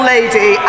Lady